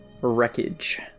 wreckage